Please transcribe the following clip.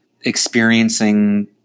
experiencing